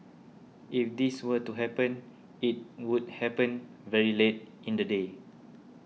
if this were to happen it would happen very late in the day